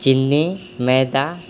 चिन्नी मैदा